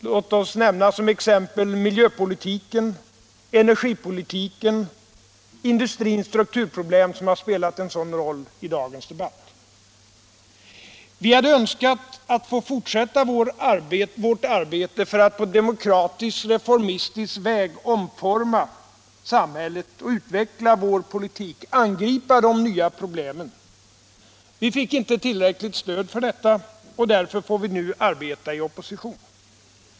Låt oss som exempel nämna miljöpolitiken, energipolitiken och industrins strukturproblem, som spelat en sådan betydande roll i dagens debatt. Vi hade önskat fortsätta vårt arbete för att på demokratisk-reformistisk väg omforma samhället, angripa de nya problemen och utveckla vår politik. Vi fick inte tillräckligt stöd för detta, och därför får vi nu arbeta i opposition.